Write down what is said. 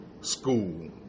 school